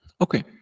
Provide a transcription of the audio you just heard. Okay